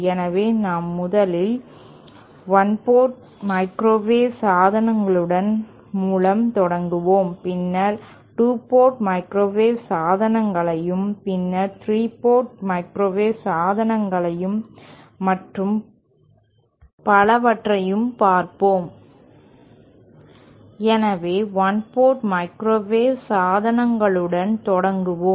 எனவே நாம் முதலில் 1 போர்ட் மைக்ரோவேவ் சாதனங்களுடன் மூலம் தொடங்குவோம் பின்னர் 2 போர்ட் மைக்ரோவேவ் சாதனங்களையும் பின்னர் 3 போர்ட் மைக்ரோவேவ் சாதனங்களையும் மற்றும் பலவற்றையும் பார்ப்போம் எனவே 1 போர்ட் மைக்ரோவேவ் சாதனங்களுடன் தொடங்குவோம்